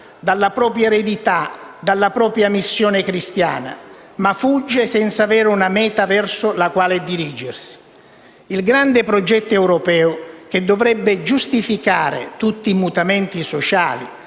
dalla propria eredità, dalla propria missione cristiana. Ma fugge senza avere una meta verso la quale dirigersi». Il grande progetto europeo, che dovrebbe giustificare tutti i mutamenti sociali,